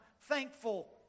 thankful